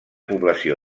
població